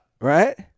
Right